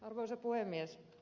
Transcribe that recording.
arvoisa puhemies